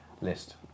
list